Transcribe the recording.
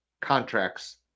contracts